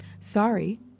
Sorry